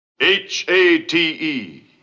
H-A-T-E